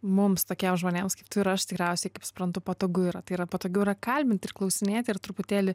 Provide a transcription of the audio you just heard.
mums tokiems žmonėms kaip tu ir aš tikriausiai kaip suprantu patogu yra tai yra patogiau yra kalbint ir klausinėti ir truputėlį